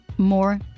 more